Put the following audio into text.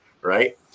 right